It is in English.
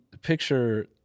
picture